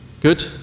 Good